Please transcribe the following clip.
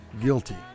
guilty